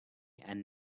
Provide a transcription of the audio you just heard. and